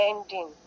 ending